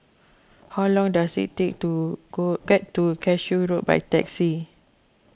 how long does it take to go get to Cashew Road by taxi